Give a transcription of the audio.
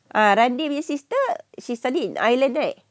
uh rundy his sister she studied in ireland right